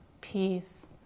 peace